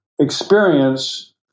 experience